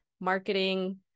marketing